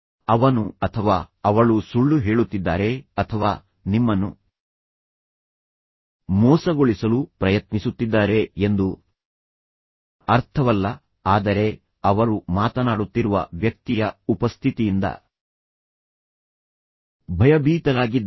ಅವನು ಅಥವಾ ಅವಳು ಸುಳ್ಳು ಹೇಳುತ್ತಿದ್ದಾರೆ ಅಥವಾ ನಿಮ್ಮನ್ನು ಮೋಸಗೊಳಿಸಲು ಪ್ರಯತ್ನಿಸುತ್ತಿದ್ದಾರೆ ಎಂದು ಅರ್ಥವಲ್ಲ ಆದರೆ ಅವರು ಮಾತನಾಡುತ್ತಿರುವ ವ್ಯಕ್ತಿಯ ಉಪಸ್ಥಿತಿಯಿಂದ ಭಯಭೀತರಾಗಿದ್ದಾರೆ